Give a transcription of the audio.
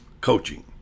coaching